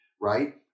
right